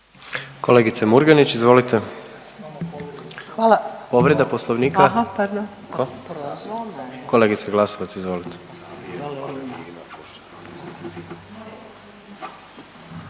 Kolegice Murganić, izvolite. Povreda Poslovnika, kolegice Glasovac, izvolite.